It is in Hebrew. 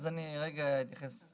אני אתייחס לזה.